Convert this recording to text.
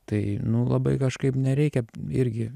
tai nu labai kažkaip nereikia irgi